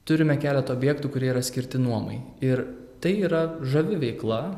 turime keletą objektų kurie yra skirti nuomai ir tai yra žavi veikla